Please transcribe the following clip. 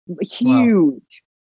huge